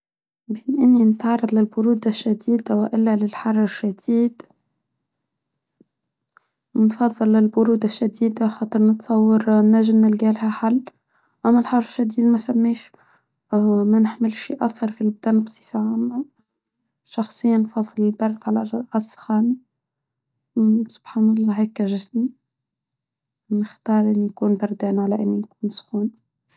من أني نتعرض للبرودة شديدة وإلا للحر الشديدة نفضل للبرودة الشديدة حتى نتصور ناجم نلقالها حل أما الحر الشديدة ما نحمل شيء أثر في البدن بصفة عامة شخصياً نفضل البرد على الصخان وسبحان الله هيك جسدي نختار أن نكون بردان على إني نكون سخونة.